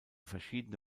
verschiedene